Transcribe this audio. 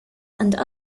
and